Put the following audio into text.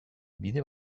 bide